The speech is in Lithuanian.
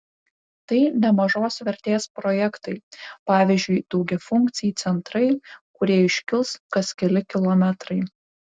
tai nemažos vertės projektai pavyzdžiui daugiafunkciai centrai kurie iškils kas keli kilometrai